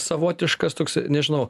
savotiškas toks nežinau